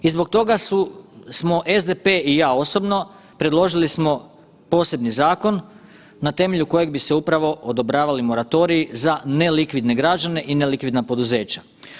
I zbog toga smo SDP i ja osobno predložili smo posebni zakon na temelju kojeg bi se upravo odobravali moratoriji za nelikvidne građane i nelikvidna poduzeća.